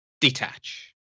detach